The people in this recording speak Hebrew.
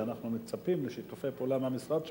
ואנחנו מצפים לשיתופי פעולה עם המשרד שלך,